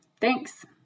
Thanks